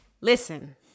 Listen